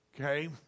Okay